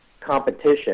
competition